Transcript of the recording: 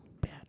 Bad